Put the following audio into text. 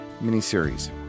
mini-series